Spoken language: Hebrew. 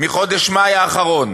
מחודש מאי האחרון: